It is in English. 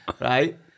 right